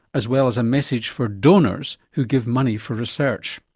as well as a message for donors who give money for research.